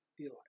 Eli